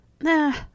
Nah